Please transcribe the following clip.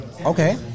Okay